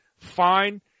Fine